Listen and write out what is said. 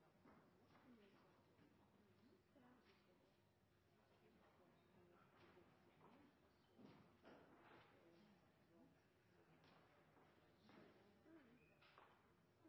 President: